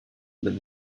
but